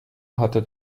hatte